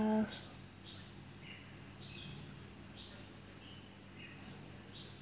uh